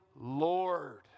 Lord